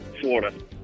Florida